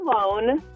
alone